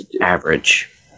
average